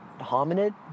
hominid